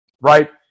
right